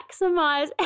maximize